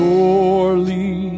Surely